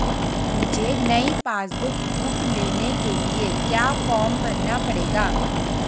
मुझे नयी passbook book लेने के लिए क्या फार्म भरना पड़ेगा?